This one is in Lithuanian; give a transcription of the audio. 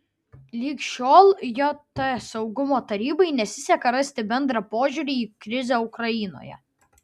lig šiol jt saugumo tarybai nesiseka rasti bendrą požiūrį į krizę ukrainoje